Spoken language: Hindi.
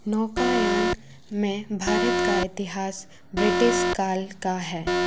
नौकायान में भारत का इतिहास ब्रिटिश काल का है